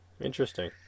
Interesting